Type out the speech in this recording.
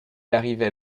arrivait